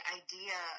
idea